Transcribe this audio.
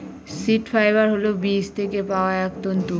seed fibre হল বীজ থেকে পাওয়া এক তন্তু